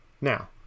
Now